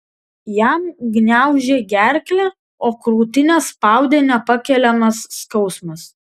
jam gniaužė gerklę o krūtinę spaudė nepakeliamas skausmas